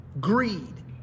greed